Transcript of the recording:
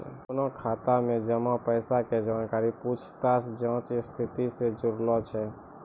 अपनो खाता मे जमा पैसा के जानकारी पूछताछ जांच स्थिति से जुड़लो छै